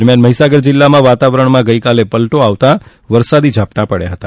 દરમિયાન મહીસાગર જિલ્લામાં વાતાવરણમાં ગઈકાલે પલટો આવતાં વરસાદી ઝાપટા પડ્યા હતા